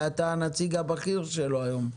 גבי נבון, אתה הנציג הבכיר שלו היום.